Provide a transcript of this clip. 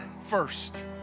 first